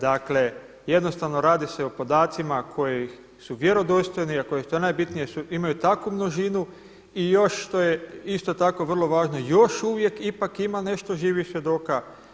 Dakle jednostavno radi se o podacima koji su vjerodostojni, a što je najbitnije imaju takvu množinu i još što je isto tako vrlo važno još uvijek ipak ima nešto živih svjedoka.